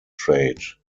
trade